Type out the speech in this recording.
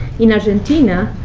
in argentina,